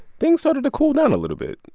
things started to cool down a little bit.